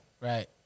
Right